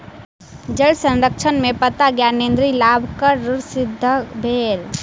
जल संरक्षण में पत्ता ज्ञानेंद्री लाभकर सिद्ध भेल